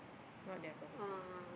not their property